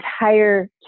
entire